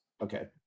Okay